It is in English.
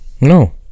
No